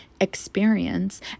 experience